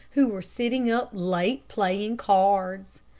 who were sitting up late playing cards.